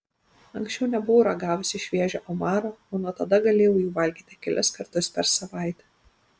anksčiau nebuvau ragavusi šviežio omaro o nuo tada galėjau jų valgyti kelis kartus per savaitę